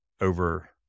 over